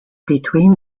between